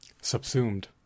subsumed